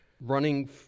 running